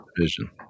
vision